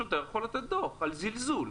השוטר יכול לתת דוח על זלזול.